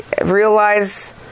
realize